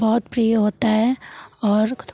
बहुत प्रिय होता है और